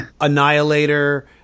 Annihilator